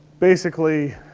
basically.